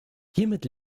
hiermit